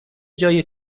جای